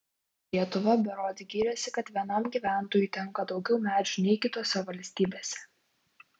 lietuva berods gyrėsi kad vienam gyventojui tenka daugiau medžių nei kitose valstybėse